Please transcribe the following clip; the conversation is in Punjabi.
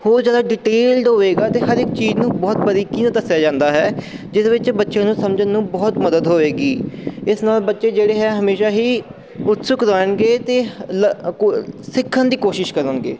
ਹੋਰ ਜ਼ਿਆਦਾ ਡਿਟੇਲਡ ਹੋਵੇਗਾ ਅਤੇ ਹਰ ਇੱਕ ਚੀਜ਼ ਨੂੰ ਬਹੁਤ ਬਰੀਕੀ ਨਾਲ ਦੱਸਿਆ ਜਾਂਦਾ ਹੈ ਜਿਹਦੇ ਵਿੱਚ ਬੱਚਿਆਂ ਨੂੰ ਸਮਝਣ ਨੂੰ ਬਹੁਤ ਮਦਦ ਹੋਵੇਗੀ ਇਸ ਨਾਲ ਬੱਚੇ ਜਿਹੜੇ ਹੈ ਹਮੇਸ਼ਾਂ ਹੀ ਉਤਸੁਕ ਰਹਿਣਗੇ ਅਤੇ ਸਿੱਖਣ ਦੀ ਕੋਸ਼ਿਸ਼ ਕਰਨਗੇ